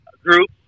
group